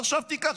עכשיו קח,